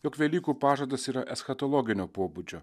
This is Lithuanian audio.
jog velykų pažadas yra eschatologinio pobūdžio